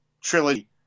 trilogy